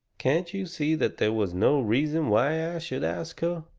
can't you see that there was no reason why i should ask her?